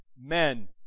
men